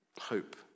Hope